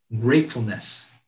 gratefulness